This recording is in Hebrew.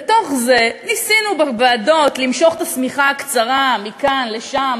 בתוך זה ניסינו בוועדות למשוך את השמיכה הקצרה מכאן לשם,